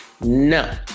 No